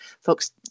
folks